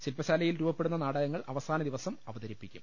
ശില്പശാലയിൽ രൂപപ്പെടുന്ന നാടകങ്ങൾ അവസാനദിവസം അവതരിപ്പി ക്കും